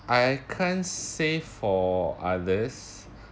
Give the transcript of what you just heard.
I can't say for others